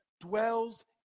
dwells